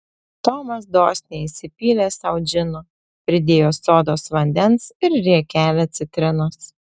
tomas dosniai įsipylė sau džino pridėjo sodos vandens ir riekelę citrinos